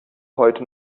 heute